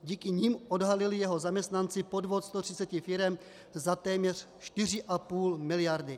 Díky nim odhalili jeho zaměstnanci podvod 130 firem za téměř 4,5 mld.